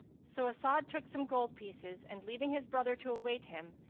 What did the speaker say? so as'ad took some gold pieces, and leaving his brother to await him,